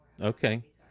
Okay